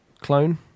clone